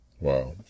Wow